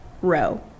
Row